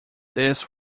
this